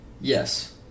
yes